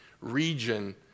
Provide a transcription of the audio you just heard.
region